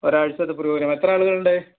ഒരാഴ്ച്ചത്തെ പ്രോഗ്രാമാണോ എത്ര ആളുകളുണ്ട്